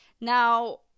Now